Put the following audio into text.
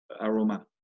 aroma